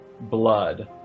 blood